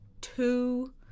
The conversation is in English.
two